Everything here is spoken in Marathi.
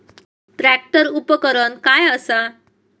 ट्रॅक्टर उपकरण काय असा?